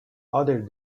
other